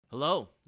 Hello